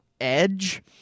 Edge